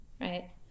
right